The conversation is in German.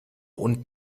und